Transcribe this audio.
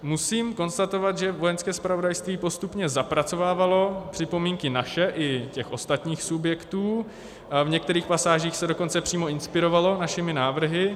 Musím konstatovat, že Vojenské zpravodajství postupně zapracovávalo připomínky naše i těch ostatních subjektů, v některých pasážích se dokonce přímo inspirovalo našimi návrhy.